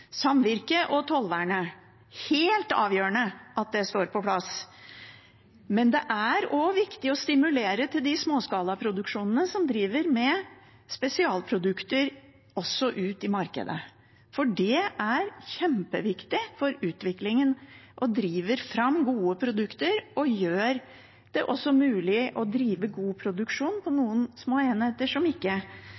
helt avgjørende at samvirket og tollvernet er på plass. Men det er også viktig å stimulere til småskalaproduksjon, de som driver med spesialprodukter også ut i markedet, for det er kjempeviktig for utviklingen. De driver fram gode produkter og gjør det også mulig å drive god produksjon på